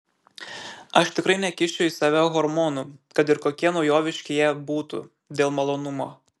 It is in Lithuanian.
aš tikrai nekišiu į save hormonų kad ir kokie naujoviški jie būtų dėl malonumo